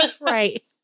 Right